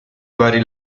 varie